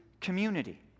community